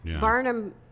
Barnum